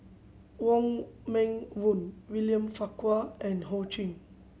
Wong Meng Voon William Farquhar and Ho Ching